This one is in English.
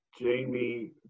Jamie